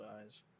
eyes